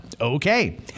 okay